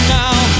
now